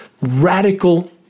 radical